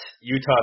Utah